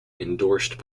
endorsed